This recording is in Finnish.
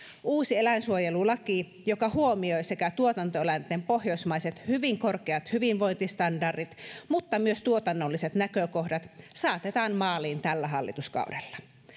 uusi eläinsuojelulaki joka huomioi sekä tuotantoeläinten pohjoismaiset hyvin korkeat hyvinvointistandardit mutta myös tuotannolliset näkökohdat saatetaan maaliin tällä hallituskaudella